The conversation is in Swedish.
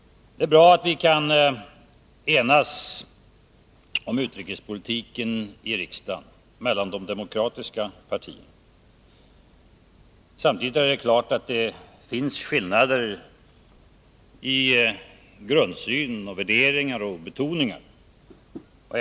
Det är bra att de demokratiska partierna i riksdagen kan enas om utrikespolitiken. Samtidigt är det klart att det finns skillnader i grundsynen, värderingarna och betoningarna.